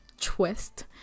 twist